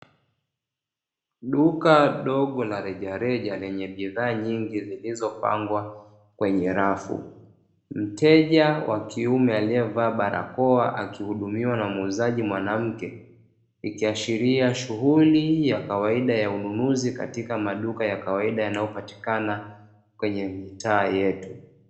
Duka dogo la rejareja lenye bidhaa nyingi zilizopangwa kwenye rafu. Mteja wa kiume aliyevaa barakoa akihudumiwa na muuzaji mwanamke, ikiashiria shughuli ya kawaida ya ununuzi katika maduka ya kawaida yanayopatikana kwenye mitaa yetu.